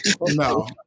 No